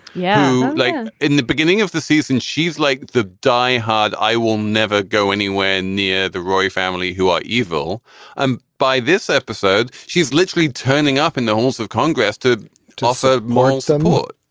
yeah like in the beginning of the season she's like the die hard i will never go anywhere near the roy family who are evil by this episode she's literally turning up in the halls of congress to to also mourn some more